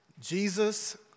Jesus